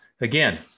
again